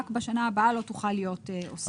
בשנה הבאה לא תוכל להיות עוסק זעיר.